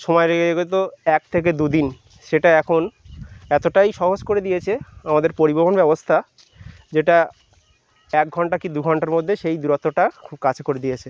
সময় লেগে যেতো এক থেকে দু দিন সেটা এখন এতোটাই সহজ করে দিয়েছে আমাদের পরিবহন ব্যবস্থা যেটা এক ঘন্টা কি দু ঘন্টার মধ্যে সেই দূরত্বটা খুব কাছে করে দিয়েছে